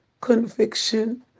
conviction